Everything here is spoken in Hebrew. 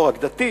לא רק דתית,